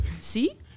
See